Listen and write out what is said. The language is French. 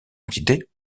entité